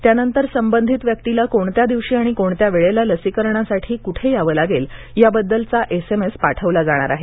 त्यानंतर संबंधित व्यक्तीला कोणत्या दिवशी आणि कोणत्या वेळेला लसीकरणासाठी कुठे यावं लागेल याबद्दलचा एस एम एस पाठवला जाणार आहे